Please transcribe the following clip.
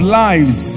lives